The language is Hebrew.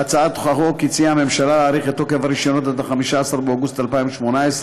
בהצעת החוק הציעה הממשלה להאריך את תוקף הרישיונות עד 15 באוגוסט 2018,